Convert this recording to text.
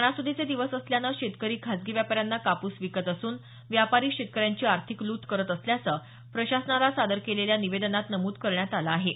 सणासुदीचे दिवस असल्यानं शेतकरी खाजगी व्यापाऱ्यांना कापूस विकत असून व्यापारी शेतकऱ्यांची आर्थिक लूट करत असल्याचं प्रशासनाला सादर करण्यात आलेल्या निवेदनात नमूद करण्यात आलं आहे